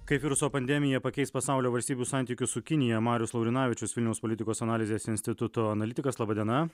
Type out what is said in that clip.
kaip viruso pandemija pakeis pasaulio valstybių santykius su kinija marius laurinavičius vilniaus politikos analizės instituto analitikas laba diena